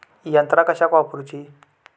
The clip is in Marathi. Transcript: यंत्रा कशाक वापुरूची?